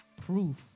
proof